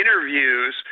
interviews